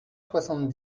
soixante